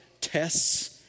tests